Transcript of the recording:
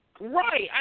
Right